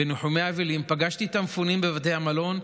בניחומי אבלים פגשתי את המפונים בבתי המלון,